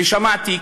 ושמעתי,